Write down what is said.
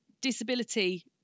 disability